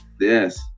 Yes